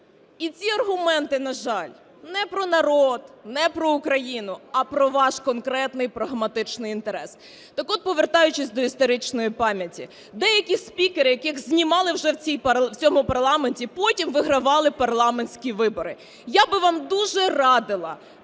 і ці аргументи, на жаль, не про народ, не про Україну, а про ваш конкретний прагматичний інтерес. Так от, повертаючись до історичної пам'яті. Деякі спікери, яких знімали вже в цьому парламенті, потім вигравали парламентські вибори. Я би вам дуже радила